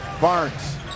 Barnes